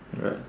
right